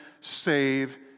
save